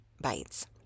bites